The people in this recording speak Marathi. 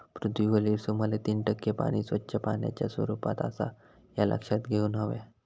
पृथ्वीवरील सुमारे तीन टक्के पाणी स्वच्छ पाण्याच्या स्वरूपात आसा ह्या लक्षात घेऊन हव्या